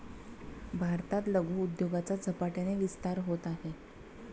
भारतात लघु उद्योगाचा झपाट्याने विस्तार होत आहे